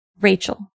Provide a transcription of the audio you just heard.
Rachel